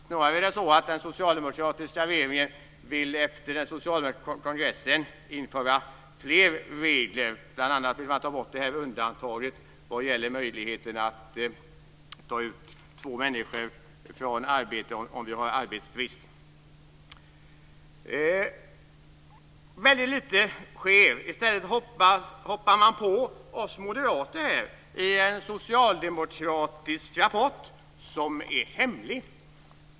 Snarare vill den socialdemokratiska regeringen efter den socialdemokratiska kongressen införa fler regler, bl.a. genom att ta bort möjligheten till undantag för två människor om man har arbetsbrist. Väldigt lite sker. I stället hoppar man på oss moderater i en socialdemokratisk rapport som är hemlig.